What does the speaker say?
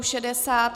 60.